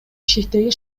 бишкектеги